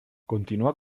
continua